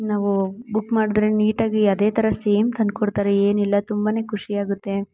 ನಾವು ಬುಕ್ ಮಾಡಿದರೆ ನೀಟಾಗಿ ಅದೇ ಥರ ಸೇಮ್ ತಂದ್ಕೊಡ್ತಾರೆ ಏನಿಲ್ಲ ತುಂಬ ಖುಷಿಯಾಗುತ್ತೆ